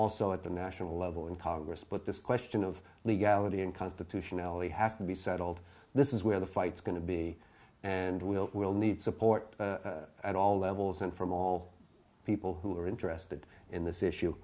also at the national level in congress but this question of legality and constitutionality have to be settled this is where the fights going to be and will will need support at all levels and from all people who are interested in this issue